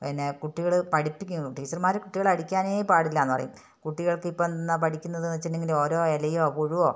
പിന്നെ കുട്ടികൾ പഠിപ്പിക്കും ടീച്ചർമാർ കുട്ടികളെ അടിക്കാനേ പാടില്ല എന്ന് പറയും കുട്ടികൾക്ക് ഇപ്പം എന്താണ് പഠിക്കുന്നതെന്ന് വച്ചിട്ടുണ്ടെങ്കിൽ ഓരോ ഇലയോ പുഴുവോ